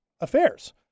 affairs